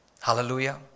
Hallelujah